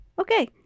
okay